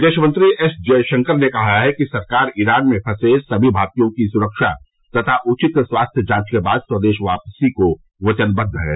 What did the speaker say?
विदेश मंत्री एस जयशंकर ने कहा है कि सरकार ईरान में फंसे समी भारतीयों की सुरक्षा और उचित स्वास्थ्य जांच के बाद स्वदेश वापसी को वचनबद्ध है